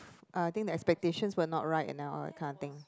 uh think the expectations were not right all that kind of thing